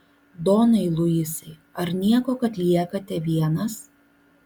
donai luisai ar nieko kad liekate vienas